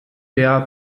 der